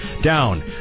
down